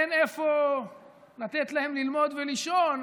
אין איפה לתת להם ללמוד ולישון,